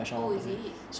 oh is it